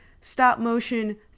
stop-motion